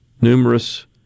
Numerous